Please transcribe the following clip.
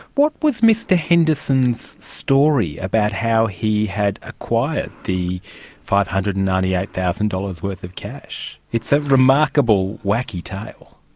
what was mr henderson's story about how he had acquired the five hundred and ninety eight thousand dollars worth of cash? it's a remarkable, wacky tale.